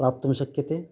प्राप्तुं शक्यते